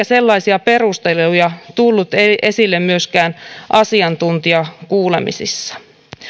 sellaisia perusteluja tullut esille myöskään asiantuntijakuulemisissa